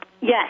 Yes